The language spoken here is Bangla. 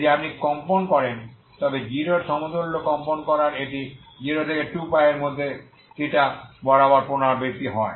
যদি আপনি কম্পন করেন তবে যদি 0 এর সমতুল্য কম্পন বরাবর এটি 0 থেকে 2π এর মধ্যে থেটা বরাবর পুনরাবৃত্তি হয়